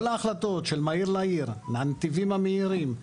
כל ההחלטות של מהיר לעיר, הנתיבים המהירים,